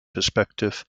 perspective